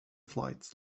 flights